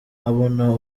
abona